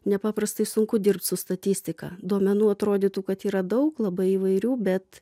nepaprastai sunku dirbt su statistika duomenų atrodytų kad yra daug labai įvairių bet